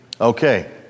Okay